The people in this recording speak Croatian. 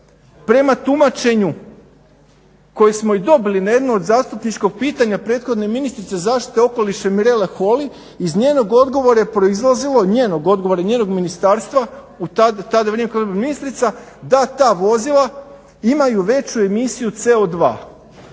prema tumačenju koji smo i dobili na jedno od zastupničkih pitanja prethodne ministrice zaštite okoliša Mirele Holy iz njenog odgovora je proizlazilo, njenog odgovora, njenog ministarstva u to vrijeme kada je bila ministrica da ta vozila imaju veću emisiju CO2.